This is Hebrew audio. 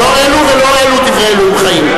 לא אלו ולא אלו דברי אלוהים חיים.